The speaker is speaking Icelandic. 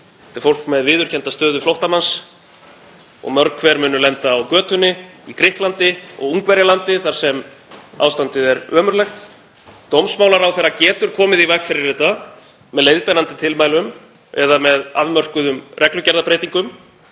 Þetta er fólk með viðurkennda stöðu flóttamanns og mörg hver munu lenda á götunni í Grikklandi og Ungverjalandi þar sem ástandið er ömurlegt. Dómsmálaráðherra getur komið í veg fyrir þetta með leiðbeinandi tilmælum eða með afmörkuðum reglugerðarbreytingum.